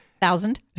thousand